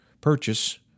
purchase